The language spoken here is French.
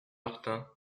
martin